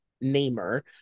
namer